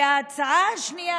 וההצעה השנייה,